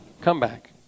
comeback